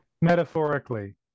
Metaphorically